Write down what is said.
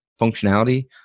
functionality